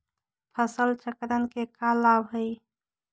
फसल चक्रण के का लाभ हई?